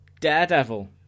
Daredevil